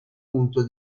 punto